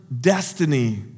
destiny